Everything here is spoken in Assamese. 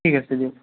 ঠিক আছে দিয়ক